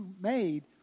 made